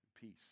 peace